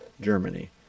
Germany